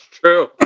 True